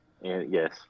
Yes